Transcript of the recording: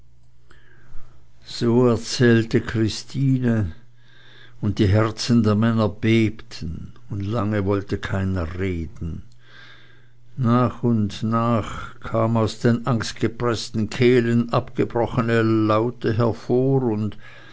so erzählte christine und die herzen der männer bebten und lange wollte keiner reden nach und nach kamen aus den angstgepreßten kehlen abgebrochene laute hervor und